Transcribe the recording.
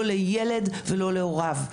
לא לילד, לא להוריו.